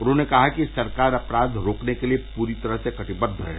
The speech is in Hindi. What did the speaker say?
उन्होंने कहा कि सरकार अपराध रोकने के लिए पूरी तरह से कटिबद्ध है